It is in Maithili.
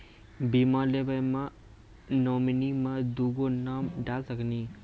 बीमा लेवे मे नॉमिनी मे दुगो नाम डाल सकनी?